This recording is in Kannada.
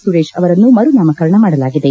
ಸುರೇಶ್ ಅವರನ್ನು ಮರು ನಾಮಕರಣ ಮಾಡಲಾಗಿದೆ